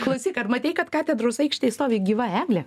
klausyk ar matei kad katedros aikštėj stovi gyva eglė